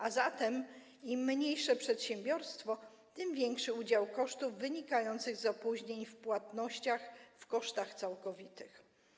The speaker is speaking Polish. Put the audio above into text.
A zatem im mniejsze przedsiębiorstwo, tym większy udział kosztów wynikających z opóźnień w płatnościach w kosztach całkowitych.